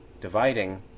dividing